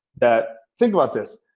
that think about this,